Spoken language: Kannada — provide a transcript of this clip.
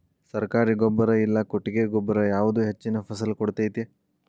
ಸರ್ಕಾರಿ ಗೊಬ್ಬರ ಇಲ್ಲಾ ಕೊಟ್ಟಿಗೆ ಗೊಬ್ಬರ ಯಾವುದು ಹೆಚ್ಚಿನ ಫಸಲ್ ಕೊಡತೈತಿ?